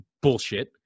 bullshit